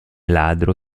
ladro